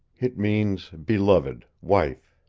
it means beloved wife